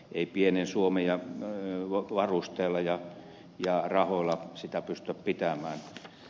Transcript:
ei pienen suomen varusteilla ja rahoilla sitä pystytä pitämään